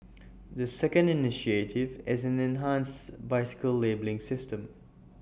the second initiative is an enhanced bicycle labelling system